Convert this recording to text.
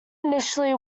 initially